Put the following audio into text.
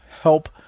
help